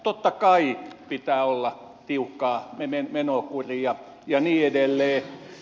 totta kai pitää olla tiukkaa menokuria ja niin edelleen